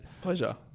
Pleasure